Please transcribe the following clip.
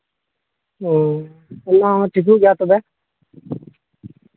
ᱦᱮᱸ ᱚᱱᱟᱦᱚᱸ ᱴᱷᱤᱠᱚᱜ ᱜᱮᱭᱟ ᱛᱚᱵᱮ